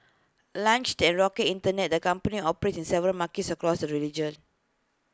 launched at rocket Internet the company operates in several markets across the religion